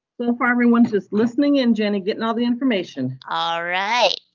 so far, everyone's just listening in, jenny, getting all the information. all right.